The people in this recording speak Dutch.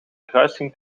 kruising